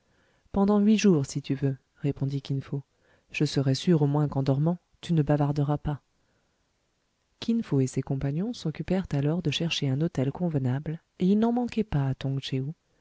pendant huit jours si tu veux répondit kin fo je serai sûr au moins qu'en dormant tu ne bavarderas pas kin fo et ses compagnons s'occupèrent alors de chercher un hôtel convenable et il n'en manquait pas à